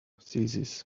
thesis